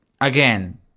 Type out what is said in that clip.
again